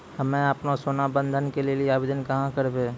हम्मे आपनौ सोना बंधन के लेली आवेदन कहाँ करवै?